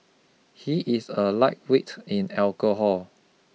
he is a lightweight in alcohol